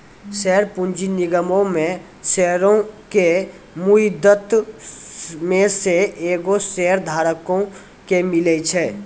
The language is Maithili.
शेयर पूंजी निगमो मे शेयरो के मुद्दइ मे से एगो शेयरधारको के मिले छै